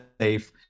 safe